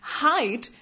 height